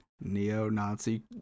neo-Nazi